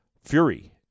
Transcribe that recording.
fury